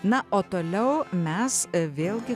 na o toliau mes vėlgi